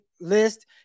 list